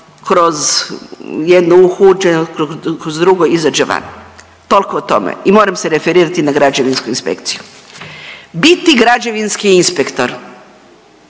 kroz jedno uho uđe, kroz drugo izađe van, toliko o tome i moram se referirati na građevinsku inspekciju. Biti građevinski inspektor